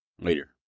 later